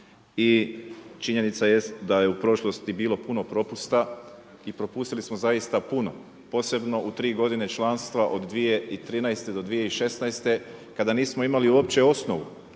I činjenica jest da je u prošlosti bilo puno propusta i propustili smo zaista puno, posebno u tri godine članstva od 2013. do 2016. kada nismo imali uopće osnovu